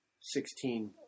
sixteen